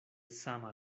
sama